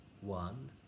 one